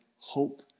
hope